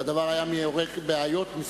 והדבר היה מעורר כמה בעיות.